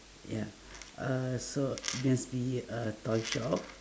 ya uhh so must be a toy shop